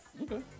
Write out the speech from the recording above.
Okay